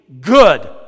good